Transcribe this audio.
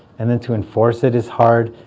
and then to enforce it is hard.